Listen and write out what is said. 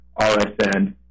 RSN